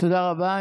תודה רבה.